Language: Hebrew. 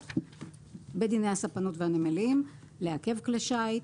בדיני הספנות והנמלים לעכב כלי שיט,